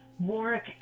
Warwick